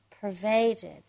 pervaded